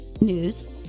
news